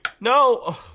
No